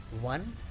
one